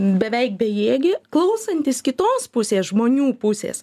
beveik bejėgė klausantis kitos pusės žmonių pusės